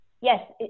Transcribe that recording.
Yes